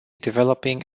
developing